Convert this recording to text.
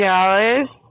Dallas